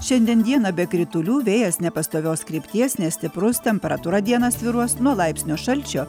šiandien dieną be kritulių vėjas nepastovios krypties nestiprus temperatūra dieną svyruos nuo laipsnio šalčio